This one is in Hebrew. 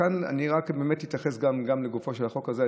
כאן אני רק באמת אתייחס גם לגופו של החוק הזה.